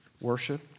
worship